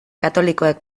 katolikoek